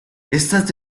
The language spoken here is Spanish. estas